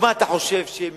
ומה אתה חושב, שהם